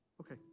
Okay